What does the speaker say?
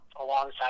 alongside